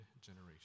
generation